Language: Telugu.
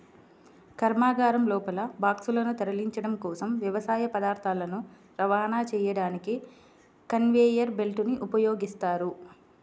కర్మాగారం లోపల బాక్సులను తరలించడం కోసం, వ్యవసాయ పదార్థాలను రవాణా చేయడానికి కన్వేయర్ బెల్ట్ ని ఉపయోగిస్తారు